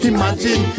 Imagine